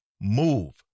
move